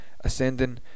ascending